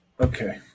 Okay